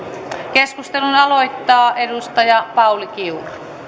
keskustelun aloittaa edustaja pauli kiuru